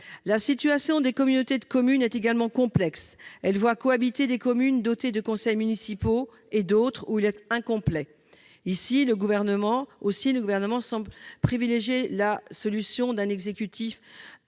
La situation des communautés de communes est également complexe. Elles voient cohabiter des communes dotées d'un conseil municipal avec d'autres où celui-ci est incomplet. Là aussi, le Gouvernement semble privilégier la solution d'un « exécutif